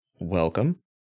welcome